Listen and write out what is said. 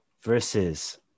versus